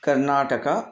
कर्नाटकः